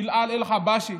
בילאל אל-חבשי,